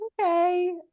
okay